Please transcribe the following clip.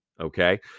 Okay